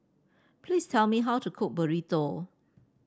please tell me how to cook Burrito